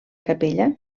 capella